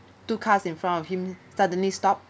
two cars in front of him suddenly stopped